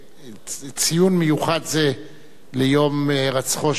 בציון מיוחד זה של יום הירצחו של גנדי,